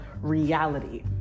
reality